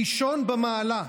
ראשון במעלה.